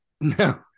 No